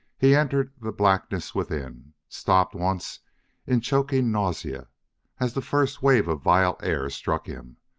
he entered the blackness within, stopped once in choking nausea as the first wave of vile air struck him,